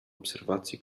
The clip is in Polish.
obserwacji